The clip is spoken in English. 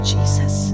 Jesus